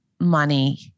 money